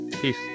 Peace